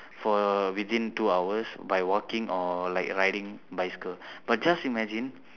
for within two hours by walking or like riding bicycle but just imagine